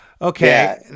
okay